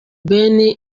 ben